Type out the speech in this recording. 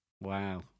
wow